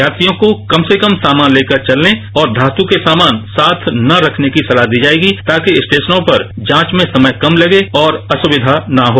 यात्रियों को कम से कम सामान लेकर चलने और घातू के सामान साथ न रखने की सलाह दी जाएगी ताकि स्टेशनों पर जांच में समय कम लगे और असुक्वा न हो